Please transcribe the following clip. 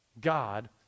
God